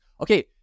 Okay